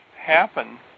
happen